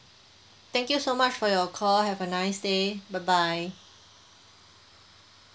thank you so much for your call have a nice day bye bye